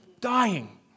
Dying